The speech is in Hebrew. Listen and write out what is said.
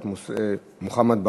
חבר הכנסת מוחמד ברכה.